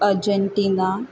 Argentina